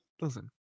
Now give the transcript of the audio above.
listen